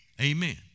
Amen